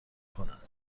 کند